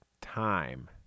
time